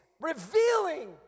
revealing